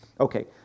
Okay